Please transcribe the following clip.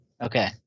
Okay